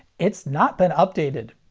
it's not been updated.